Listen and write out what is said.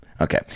Okay